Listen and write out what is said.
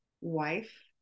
wife